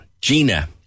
Gina